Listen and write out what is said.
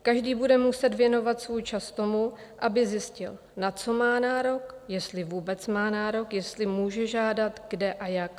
Každý bude muset věnovat svůj čas tomu, aby zjistil, na co má nárok, jestli vůbec má nárok, jestli může žádat, kde a jak.